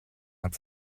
hat